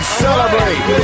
celebrate